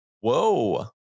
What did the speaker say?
Whoa